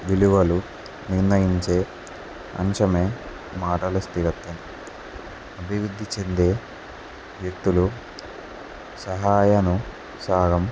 విలువలు నిర్ణయించే అంశమే మాటల స్థిరత్వం అభివృద్ధి చెందే వ్యక్తులు సహాయానుసారం